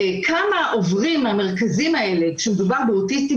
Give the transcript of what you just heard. כמה עוברים מהמרכזים האלה כשמדובר באוטיסטים